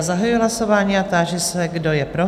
Zahajuji hlasování a táži se, kdo je pro?